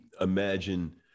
imagine